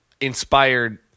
inspired